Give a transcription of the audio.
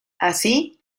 así